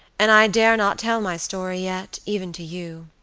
and i dare not tell my story yet, even to you.